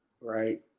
Right